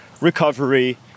recovery